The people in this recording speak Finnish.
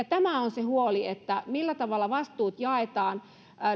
tämä on se huoli millä tavalla vastuut jaetaan